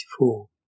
1984